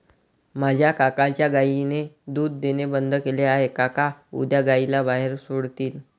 माझ्या काकांच्या गायीने दूध देणे बंद केले आहे, काका उद्या गायीला बाहेर सोडतील